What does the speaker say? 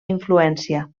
influència